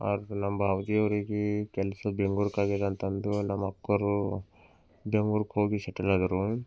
ನಮ್ಮ ಭಾವಾಜಿ ಅವರಿಗೆ ಕೆಲಸ ಬೆಂಗಳೂರಿಗಾಗ್ಯದ ಅಂತ ಅಂದು ನಮ್ಮ ಅಕ್ಕ ಅವ್ರು ಬೆಂಗ್ಳೂರಿಗೆ ಹೋಗಿ ಸೆಟ್ಟಲ್ ಆದರೂ